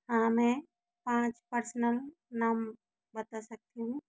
हाँ मैं पाँच पर्सनल नाम बता सकती हूँ